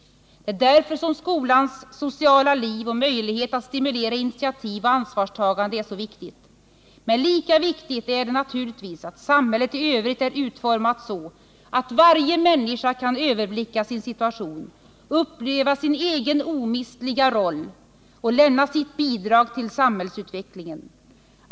Det är därför som skolans sociala liv och möjlighet att stimulera initiativ och ansvarstagande är så viktigt. Men lika viktigt är det naturligtvis att samhället i övrigt är utformat så att varje människa kan överblicka sin situation, uppleva sin egen omistliga roll och lämna sitt bidrag till samhällsutvecklingen.